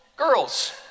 girls